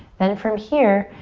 then from here,